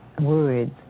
words